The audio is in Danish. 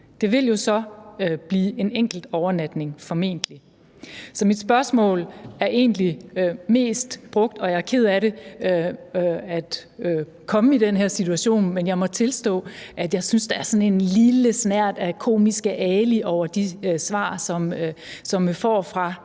Det vil jo så formentlig blive en enkelt overnatning. Jeg er ked af at komme i den her situation, men jeg må tilstå, at jeg synes, at der er sådan en lille snert af Komiske Ali over de svar, som vi får fra